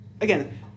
again